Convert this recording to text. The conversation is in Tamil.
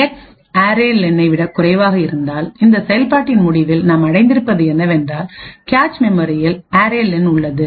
எக்ஸ்அரே லெனைarray len விடக் குறைவாக இருந்தால் இந்த செயல்பாட்டின் முடிவில் நாம் அடைந்திருப்பது என்னவென்றால் கேச் மெமரியில் அரே லென் உள்ளது